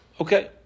Okay